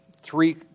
three